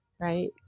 right